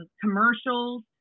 commercials